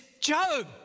Job